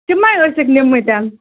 تِمٕے ٲسِکھ نِمٕتٮ۪ن